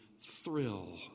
thrill